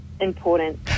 important